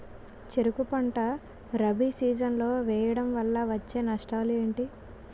చెరుకు పంట రబీ సీజన్ లో వేయటం వల్ల వచ్చే నష్టాలు ఏంటి?